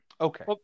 Okay